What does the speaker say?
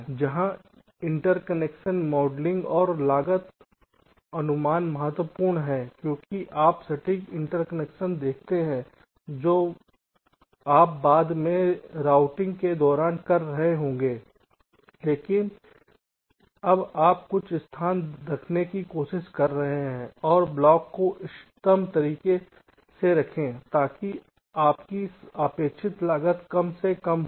तो यहां interconnection modelling और लागत अनुमान महत्वपूर्ण हैं क्योंकि आप सटीक इंटरकनेक्शन देखते हैं जो आप बाद में रॉउटिंग के दौरान कर रहे होंगे लेकिन अब आप कुछ स्थान रखने की कोशिश कर रहे हैं और ब्लॉक को इष्टतम तरीके से रखें ताकि आपकी अपेक्षित लागत कम से कम हो